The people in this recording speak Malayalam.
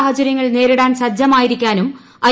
സാഹചര്യങ്ങൾ നേരിടാൻ സജ്ജമായിരിക്കാനും ഐ